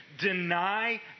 deny